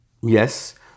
Yes